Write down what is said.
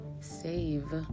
save